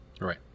Right